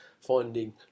finding